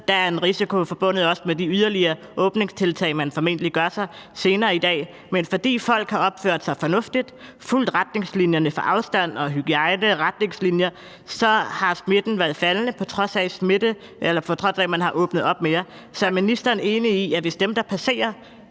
Der er også en risiko forbundet med de yderligere åbningstiltag, man formentlig tager senere i dag. Men fordi folk har opført sig så fornuftigt, fulgt retningslinjerne for afstand og hygiejneretningslinjerne, har smitten været faldende, på trods af at man har åbnet mere op. Så er ministeren enig i, at hvis dem, der passerer